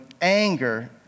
anger